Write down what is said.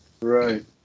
Right